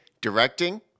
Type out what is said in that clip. Directing